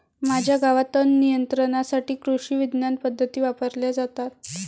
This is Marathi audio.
माझ्या गावात तणनियंत्रणासाठी कृषिविज्ञान पद्धती वापरल्या जातात